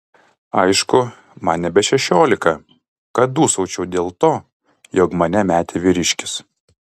aišku man nebe šešiolika kad dūsaučiau dėl to jog mane metė vyriškis